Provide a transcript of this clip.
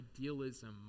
idealism